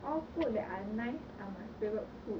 all food that are nice are my favourite food